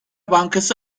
bankası